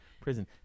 prison